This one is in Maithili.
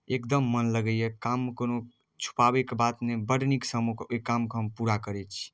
एकदम मोन लगैए काममे कोनो छुपाबैके बात नहि बड़ नीकसँ हम ओहि कामके हम पूरा करै छी